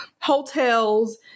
hotels